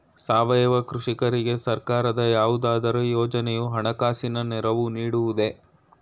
ಸಾವಯವ ಕೃಷಿಕರಿಗೆ ಸರ್ಕಾರದ ಯಾವುದಾದರು ಯೋಜನೆಯು ಹಣಕಾಸಿನ ನೆರವು ನೀಡುವುದೇ?